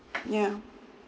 yeah